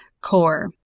core